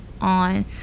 on